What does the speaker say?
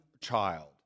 child